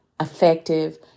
effective